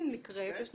לא